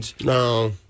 No